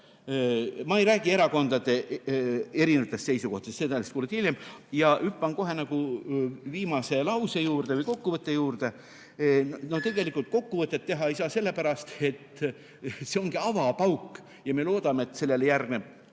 ma ei räägi erakondade erinevatest seisukohtadest, seda vahest kuulete hiljem, vaid hüppan kohe viimase lause juurde või kokkuvõtte juurde. Tegelikult kokkuvõtet teha ei saa, sellepärast et see ongi avapauk. Ja me loodame, et sellele järgneb